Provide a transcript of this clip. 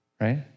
right